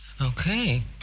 Okay